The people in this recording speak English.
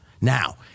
Now